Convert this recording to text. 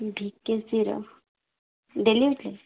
ଭିକେସିର daily use କାଏଁ